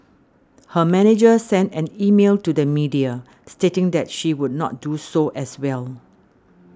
her manager sent an email to the media stating that she would not do so as well